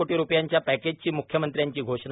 कोटी रूपयांच्या पॅकेजची म्ख्यमंत्र्यांची घोषणा